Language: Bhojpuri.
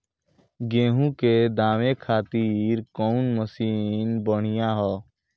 गेहूँ के दवावे खातिर कउन मशीन बढ़िया होला?